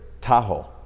Tahoe